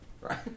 right